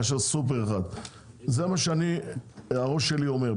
מאשר סופר אחד זה מה שהראש לי אומר,